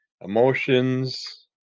emotions